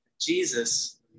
Jesus